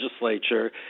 legislature